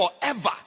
forever